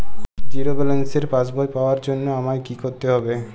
Zero ব্যালেন্সের পাসবই পাওয়ার জন্য আমায় কী করতে হবে?